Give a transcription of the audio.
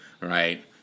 right